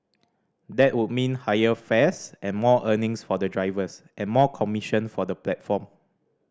that would mean higher fares and more earnings for the drivers and more commission for the platform